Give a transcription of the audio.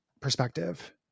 perspective